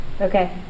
Okay